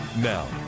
Now